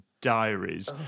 Diaries